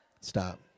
Stop